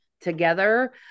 together